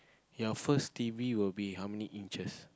your first t_v will be how many inches